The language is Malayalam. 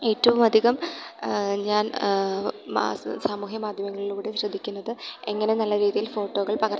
ഏറ്റവും അധികം ഞാൻ സാമൂഹ്യ മാധ്യമങ്ങളിലൂടെ ശ്രദ്ധിക്കുന്നത് എങ്ങനെ നല്ല രീതിയിൽ ഫോട്ടോകൾ പകർത്താം